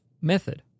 method